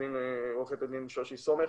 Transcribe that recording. עו"ד שושי סומך,